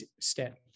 step